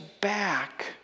back